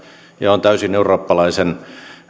ja on täysin eurooppalaisen